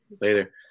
Later